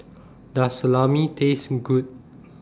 Does Salami Taste Good